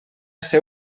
ser